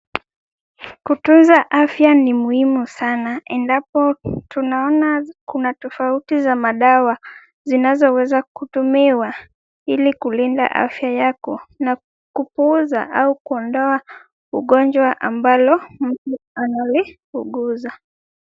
Kutunza afya ni muhimu sana, endapo tunaona kuna tofauti za madawa zinazoweza kutumiwa, ili kulinda afya yako na kupuuza au kuondoa ugonjwa ambalo mtu analiuguza.